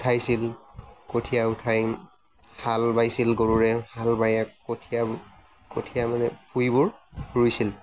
উঠাইছিল কঠীয়া উঠাই হাল বাইছিল গৰুৰে হাল বাই কঠীয়া কঠীয়া মানে ভূঁইবোৰ ৰুইছিল